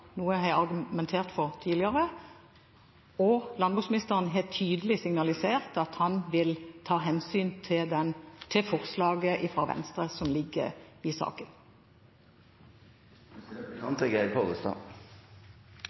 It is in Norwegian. jeg har argumentert for tidligere, og landbruksministeren har tydelig signalisert at han vil ta hensyn til forslaget fra Venstre som ligger i